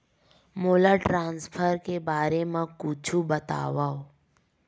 मोला ट्रान्सफर के बारे मा कुछु बतावव?